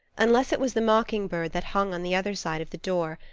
unless it was the mocking-bird that hung on the other side of the door,